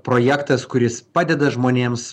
projektas kuris padeda žmonėms